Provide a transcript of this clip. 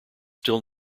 still